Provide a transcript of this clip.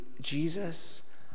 Jesus